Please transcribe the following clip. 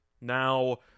Now